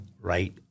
right